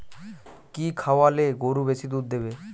কি খাওয়ালে গরু বেশি দুধ দেবে?